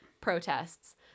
protests